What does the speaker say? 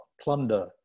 plunder